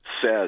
Says